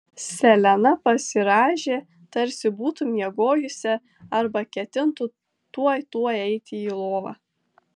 selena pasirąžė tarsi būtų miegojusi arba ketintų tuoj tuoj eiti į lovą